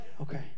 Okay